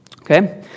Okay